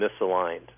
misaligned